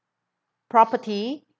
property